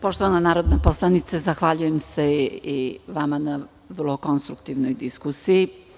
Poštovana narodna poslanice, zahvaljujem vam se na vrlo konstruktivnoj diskusiji.